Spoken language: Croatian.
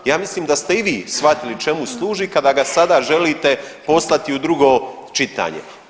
Ja mislim da ste i vi shvatili čemu služi kada ga sada želite poslati u drugo čitanje.